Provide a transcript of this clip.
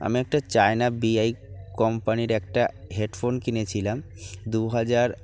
আমি একটা China B I কোম্পানির একটা হেডফোন কিনেছিলাম দু হাজার